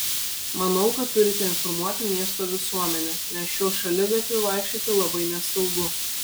manau kad turite informuoti miesto visuomenę nes šiuo šaligatviu vaikščioti labai nesaugu